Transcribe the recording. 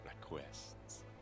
requests